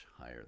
higher